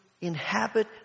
inhabit